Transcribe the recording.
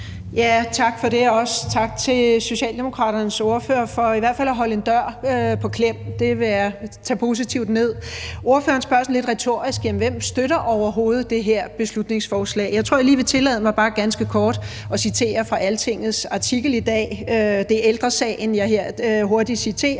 (V): Tak for det. Og også tak til Socialdemokraternes ordfører for i hvert fald at holde en dør på klem – det vil jeg tage positivt ned. Ordføreren spørger sådan lidt retorisk: Jamen hvem støtter overhovedet det her beslutningsforslag? Jeg tror lige, jeg vil tillade mig bare ganske kort at citere fra Altingets artikel i dag, og det er Ældre Sagen, jeg lige her hurtigt citerer.